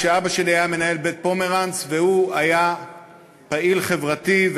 כשאבא שלי היה מנהל בית-פומרנץ והוא היה פעיל חברתי,